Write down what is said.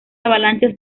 avalanchas